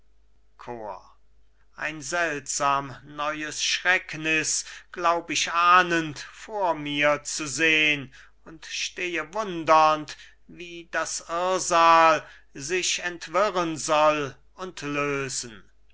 ein seltsam neues schreckniß glaub ich ahnend vor mir zu sehn und stehe wundernd wie das irrsal sich entwirren soll und lösen